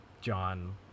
John